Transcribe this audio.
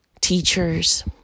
teachers